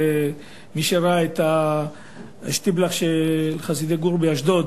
ומי שראה את ה"שטיבלך" של חסידי גור באשדוד,